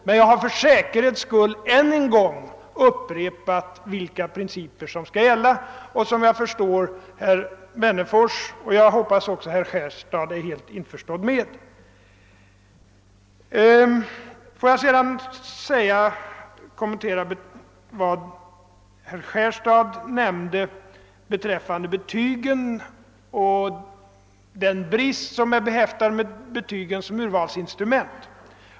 Men jag har för säkerhets skull än en gång upprepat vilka principer som skall gälla — principer som jag förstår att herr Wennerfors är helt införstådd med och som jag hoppas att också herr Johansson i Skärstad ansluter sig till. Låt mig sedan kommentera vad herr Johansson i Skärstad sade om betygen och den brist betygen är behäftade med som urvalsinstrument.